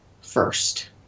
first